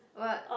what